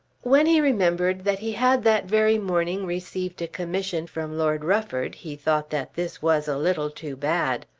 when he remembered that he had that very morning received a commission from lord rufford he thought that this was a little too bad.